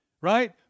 right